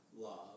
love